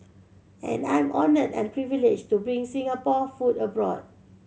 and I'm honoured and privileged to bring Singapore food abroad